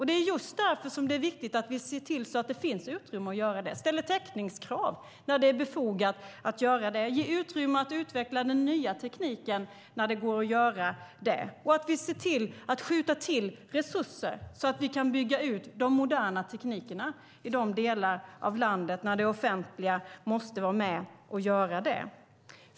Det är just därför som det är viktigt att vi ser till att det finns utrymme att göra det och ställer täckningskrav när det är befogat att göra det och att ge utrymme för att utveckla den nya tekniken när det går att göra det och att vi ser till att skjuta till resurser så att vi kan bygga ut de moderna teknikerna i de delar av landet när det offentliga måste vara med och göra det.